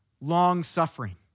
long-suffering